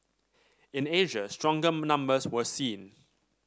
in Asia stronger numbers were seen